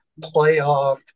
playoff